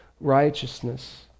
righteousness